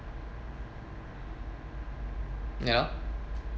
you know